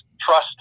trust